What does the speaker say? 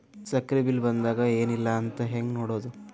ಸಕ್ರಿ ಬಿಲ್ ಬಂದಾದ ಏನ್ ಇಲ್ಲ ಅಂತ ಹೆಂಗ್ ನೋಡುದು?